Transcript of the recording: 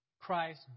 Christ